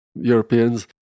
Europeans